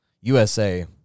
USA